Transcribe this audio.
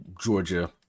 georgia